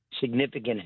significant